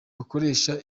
bakoresha